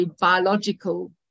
biological